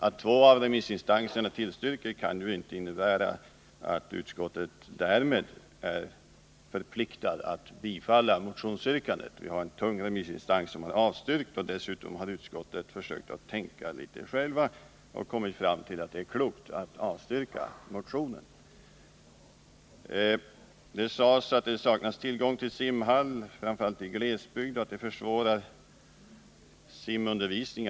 Att två av remissinstanserna tillstyrker förslaget kan ju inte innebära att utskottet därmed är förpliktigat att tillstyrka motionsyrkandet. Det är en tung remissinstans som har avstyrkt, och dessutom har vi i utskottet försökt att tänka litet själva och kommit fram till att det är klokt att avstyrka motionen. Det sades att det saknas tillgång till simhallar, framför allt i glesbygd, och att det försvårar simundervisningen.